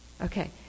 Okay